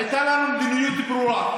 הייתה לנו מדיניות ברורה,